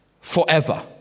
forever